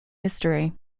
history